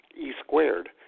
E-squared